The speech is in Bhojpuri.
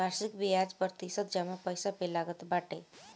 वार्षिक बियाज प्रतिशत जमा पईसा पे लागत बाटे